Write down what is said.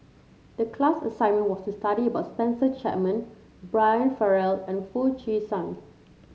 the class assignment was to study about Spencer Chapman Brian Farrell and Foo Chee San